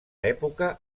època